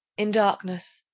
in darkness,